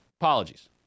Apologies